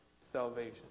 salvation